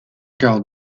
quart